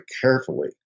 carefully